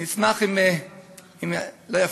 אני אשמח אם לא יפריעו לי.